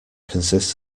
consists